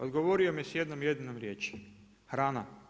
Odgovorio mi je s jednom jedinom riječi – hrana.